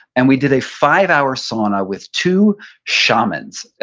and we did a five-hour sauna with two shamans,